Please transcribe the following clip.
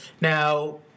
now